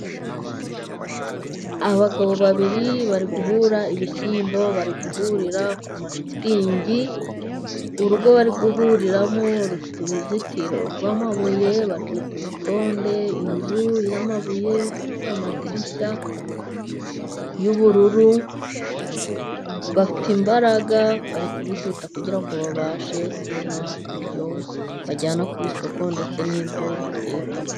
Abagabo babiri bari guhura ibishyimbo, bari guhurira ku mashitingi. Urugo bari guhuriramo rufite uruzitiro rw'amabuye barwita urutonde. Inzu yamabuye ifite amadirishya y'ubururu, bafite imbaraga bari kubikubita kugirango babashe kubona ibyo bajyana ku isoko ndetse n'ibyo bateka.